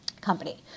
company